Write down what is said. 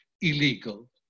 illegal